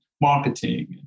marketing